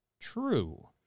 true